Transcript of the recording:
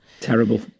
Terrible